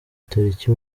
tariki